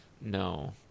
no